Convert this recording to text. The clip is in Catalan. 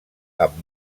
amb